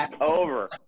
over